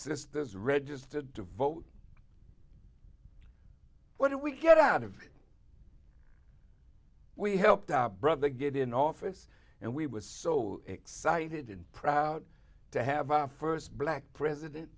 sisters registered to vote what do we get out of we helped our brother get in office and we was so excited and proud to have our first black president